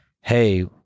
hey